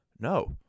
No